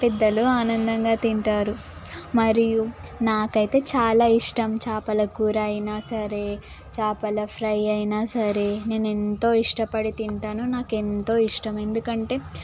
పెద్దలు ఆనందంగా తింటారు మరియు నాకైతే చాలా ఇష్టం చేపల కూర అయినా సరే చేపల ఫ్రై అయినా సరే నేను ఎంతో ఇష్టపడి తింటాను నాకు ఎంతో ఇష్టం ఎందుకంటే